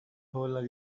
hole